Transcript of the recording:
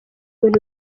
bintu